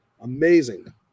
Amazing